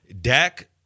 Dak